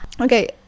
okay